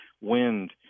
wind